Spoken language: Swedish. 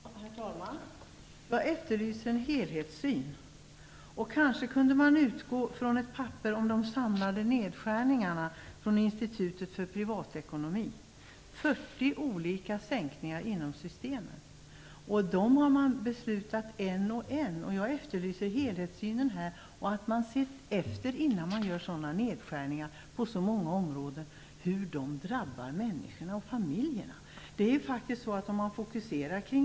Herr talman! Jag efterlyser en helhetssyn. Kanske kunde man utgå från ett papper om de samlade nedskärningarna från Institutet för privatekonomi. Det har gjorts 40 olika sänkningar inom systemen. Dessa sänkningar har man fattat beslut om en och en. Jag efterlyser en helhetssyn och att man, innan man gör nedskärningar på så många områden, tar reda på hur de drabbar de enskilda människorna och familjerna.